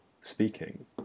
speaking